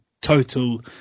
total